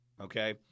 Okay